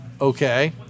okay